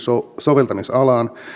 soveltamisalaan